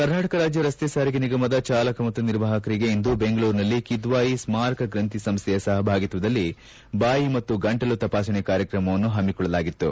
ಕರ್ನಾಟಕ ರಾಜ್ಯ ರಸ್ತೆ ಸಾರಿಗೆ ನಿಗಮದ ಚಾಲಕ ಮತ್ತು ನಿರ್ವಾಹಕರಿಗೆ ಇಂದು ಬೆಂಗಳೂರಿನಲ್ಲಿ ಕಿದ್ವಾಯಿ ಸ್ನಾರಕ ಗ್ರಂಥಿ ಸಂಸ್ಥೆಯ ಸಹಭಾಗಿತ್ವದಲ್ಲಿ ಬಾಯಿ ಮತ್ತು ಗಂಟಲು ತಪಾಸಣೆ ಕಾರ್ಯಕಮವನ್ನು ಪಮಿಕೊಳ್ಳಲಾಗಿತು